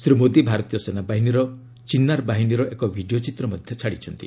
ଶ୍ରୀ ମୋଦି ଭାରତୀୟ ସେନାବାହିନୀର ଚିନାର ବାହିନୀର ଏକ ଭିଡିଓ ଚିତ୍ର ମଧ୍ୟ ଛାଡ଼ିଛନ୍ତି